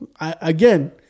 Again